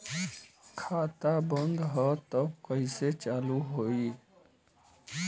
खाता बंद ह तब कईसे चालू होई?